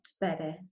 better